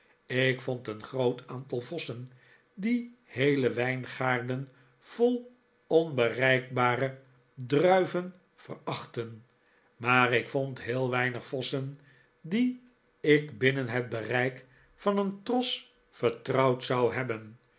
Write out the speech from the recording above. ik vond een groot aantal vossen die heele wijngaarden vol onbereikbare druiven verachtten maar ik vond heel weinig vossen die ik binnen het bereik van een tros vertrouwd zou hebben